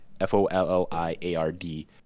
F-O-L-L-I-A-R-D